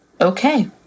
okay